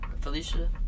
Felicia